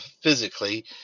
physically